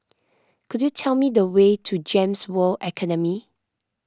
could you tell me the way to Gems World Academy